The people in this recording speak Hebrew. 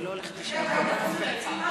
למה מציעים את זה, חוץ מזה,